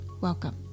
Welcome